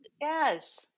Yes